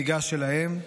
ניגש אל האם,